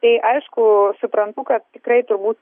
tai aišku suprantu kad tikrai turbūt